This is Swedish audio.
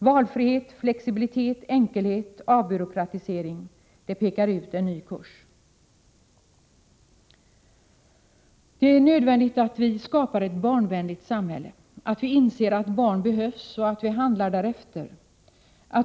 Valfrihet, flexibilitet, enkelhet, avbyråkratisering pekar ut en ny kurs. Det är nödvändigt att vi skapar ett barnvänligt samhälle, att vi inser att barn behövs och att vi handlar därefter.